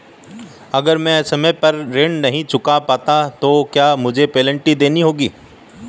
अगर मैं समय पर ऋण नहीं चुका पाया तो क्या मुझे पेनल्टी देनी होगी?